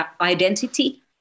identity